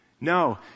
No